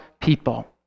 people